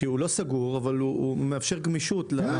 ללכת למתווה השני שאמרת, הוא מאפשר גמישות.